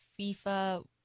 FIFA